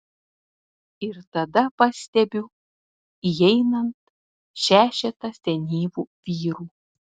ir tada pastebiu įeinant šešetą senyvų vyrų